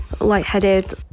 lightheaded